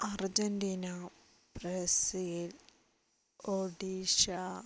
Argentina Brazil Odisha